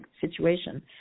situation